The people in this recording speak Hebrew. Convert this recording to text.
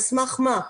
על סמך מה?